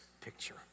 picture